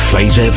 Faith